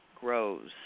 grows